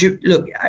Look